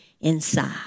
inside